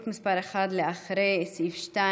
קבוצת סיעת הליכוד וקבוצת סיעת הציונות הדתית אחרי סעיף 2